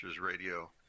radio